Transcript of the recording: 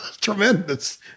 Tremendous